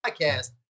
Podcast